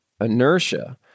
inertia